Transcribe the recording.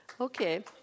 Okay